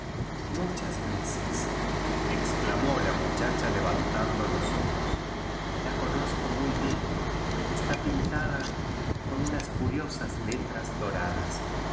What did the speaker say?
rundías veces exclamo la mu chacha levantando los ojos i a conozco muy bien está pintada con unas curiosas letras doradas